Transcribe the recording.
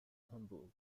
hambourg